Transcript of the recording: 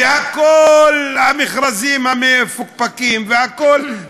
וכל המכרזים המפוקפקים והכול.